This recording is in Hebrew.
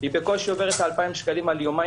היא בקושי עוברת ה-2,000 שקלים על יומיים